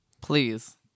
Please